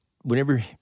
whenever